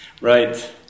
Right